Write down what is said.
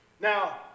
Now